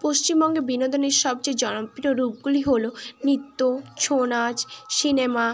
পশ্চিমবঙ্গে বিনোদনের সবচেয়ে জনপ্রিয় রূপগুলি হলো নৃত্য ছৌ নাচ সিনেমা